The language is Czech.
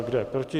Kdo je proti?